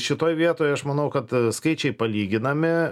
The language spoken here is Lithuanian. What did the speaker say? šitoj vietoj aš manau kad skaičiai palyginami